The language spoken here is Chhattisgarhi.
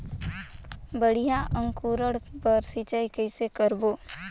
बढ़िया अंकुरण बर सिंचाई कइसे करबो?